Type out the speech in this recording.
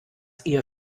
ihr